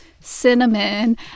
cinnamon